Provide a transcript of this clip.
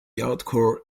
hardcore